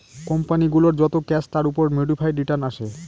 company গুলোর যত cash তার উপর মোডিফাইড রিটার্ন আসে